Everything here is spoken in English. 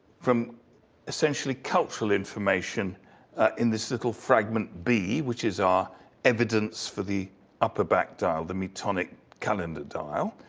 from essentially cultural information in this little fragment b, which is our evidence for the upper back dial, the metonic calendar dial.